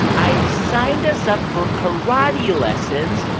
i've signed us up for karate lessons.